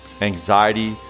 anxiety